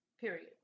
Period